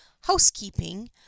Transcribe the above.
housekeeping